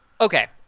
okay